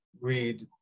read